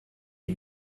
you